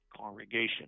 congregation